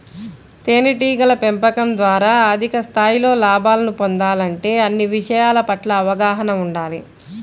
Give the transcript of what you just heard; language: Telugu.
తేనెటీగల పెంపకం ద్వారా అధిక స్థాయిలో లాభాలను పొందాలంటే అన్ని విషయాల పట్ల అవగాహన ఉండాలి